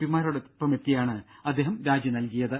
പിമാരോടൊപ്പമെത്തിയാണ് അദ്ദേഹം രാജി നൽകിയത്